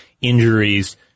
injuries